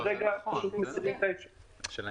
אבל כרגע מסירים את האפשרות הזאת.